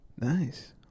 nice